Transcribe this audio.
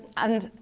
and